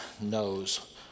knows